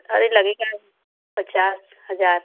अरे लगेगा ही पचास हज़ार